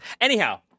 Anyhow